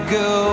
go